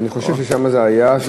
אני חושב ששם זה היה.